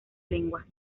lengua